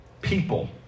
people